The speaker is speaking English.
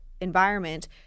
environment